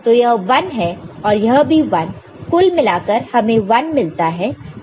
तो यह 1 है और यह भी 1 कुल मिलाकर हमें 1 मिलता है